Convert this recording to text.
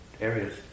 areas